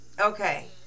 Okay